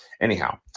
Anyhow